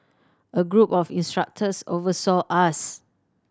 a group of instructors oversaw us